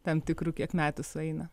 tam tikru kiek metų sueina